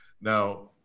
Now